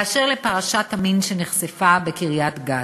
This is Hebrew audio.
באשר לפרשת המין שנחשפה בקריית-גת,